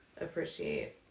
appreciate